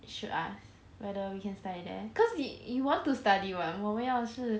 should ask whether we can study there cause we you want to study [what] 我们要是